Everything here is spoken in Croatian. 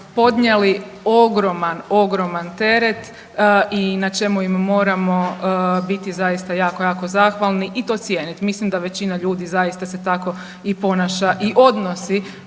podnijeli ogroman, ogroman teret i na čemu im moramo biti zaista jako, jako zahvalni i to cijeniti. Mislim da većina ljudi zaista se tako i ponaša i odnosi